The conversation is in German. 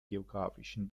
geographischen